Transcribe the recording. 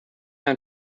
ein